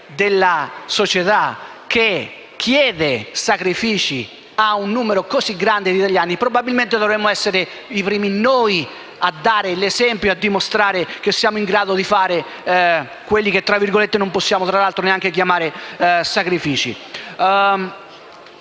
della società che chiede sacrifici a un numero così grande di italiani, probabilmente dovremmo essere i primi a dare l'esempio e a dimostrare che siamo in grado di fare ciò che, tra l'altro, non possiamo neanche chiamare «sacrifici».